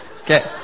Okay